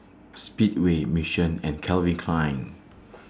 Speedway Mission and Calvin Klein